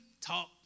talk